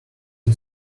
you